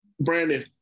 Brandon